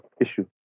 issue